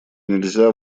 нельзя